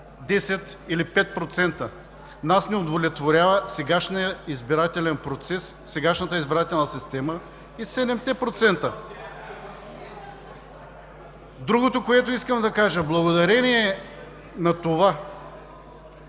10 или 5%, нас ни удовлетворява сегашния избирателен процес, сегашната избирателна система и седемте процента. Другото, което искам да кажа. Благодарение на това,